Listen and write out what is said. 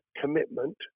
commitment